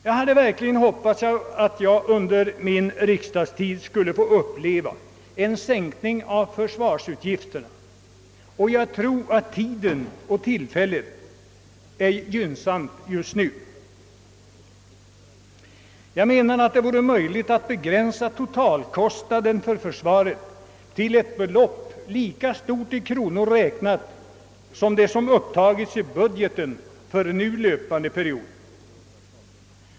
Jag hade verkligen hoppats att jag under min riksdagstid skulle få uppleva en sänkning av försvarsutgifterna. Jag tror att tillfället härför är gynnsamt just nu. Jag menar att det vore möjligt att begränsa totalkostnaden för försvaret till samma belopp som upptagits i budgeten för nu löpande period.